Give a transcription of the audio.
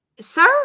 sir